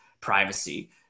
privacy